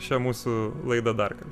šią mūsų laidą darkart